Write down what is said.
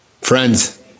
Friends